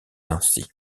ainsi